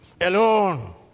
Alone